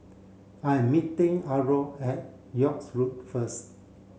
I am meeting Arno at York Road first